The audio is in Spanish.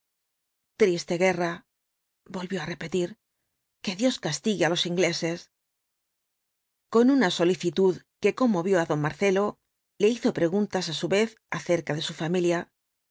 triste guerra volvió á repetir que dios castigue á los ingleses con una solicitud que conmovió á don marcelo le los cuatro jinbtbs del apocalipsis hizo preguntas á su vez acerca de su familia